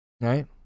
Right